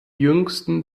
jüngsten